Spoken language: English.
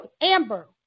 Amber